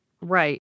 Right